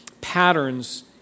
patterns